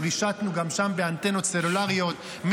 רישתנו גם שם באנטנות סלולריות,